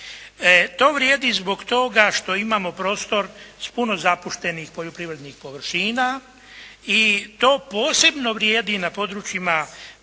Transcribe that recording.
To vrijedi zbog toga što imamo prostor s puno zapuštenih poljoprivrednih površina i to posebno vrijedi na područjima